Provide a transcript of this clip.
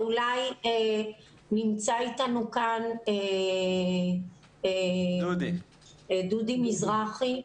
נמצא אתנו כאן דודי מזרחי.